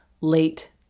late